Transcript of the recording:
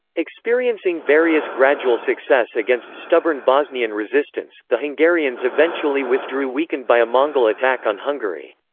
experiencing various gradual success against stubborn bosnian resistance, the hungarians eventually withdrew weakened by a mongol attack on hungary.